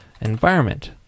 environment